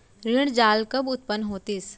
ऋण जाल कब उत्पन्न होतिस?